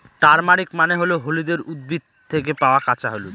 turmeric মানে হল হলুদের উদ্ভিদ থেকে পাওয়া কাঁচা হলুদ